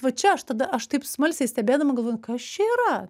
va čia aš tada aš taip smalsiai stebėdama galvoju kas čia yra